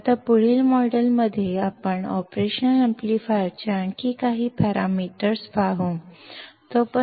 ಈಗ ಮುಂದಿನ ಮಾಡ್ಯೂಲ್ ನಲ್ಲಿ ನಾವು ಆಪರೇಷನಲ್ ಆಂಪ್ಲಿಫೈಯರ್ ನ ಇನ್ನೂ ಕೆಲವು ಪ್ಯಾರಾಮೀಟರ್ಗಳನ್ನು ನೋಡುತ್ತೇವೆ